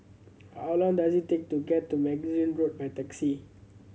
how long does it take to get to Magazine Road by taxi